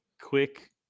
quick